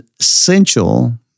essential